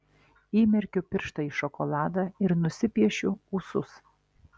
įmerkiu pirštą į šokoladą ir nusipiešiu ūsus